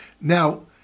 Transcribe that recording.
Now